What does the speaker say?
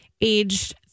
aged